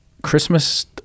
Christmas